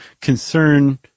concern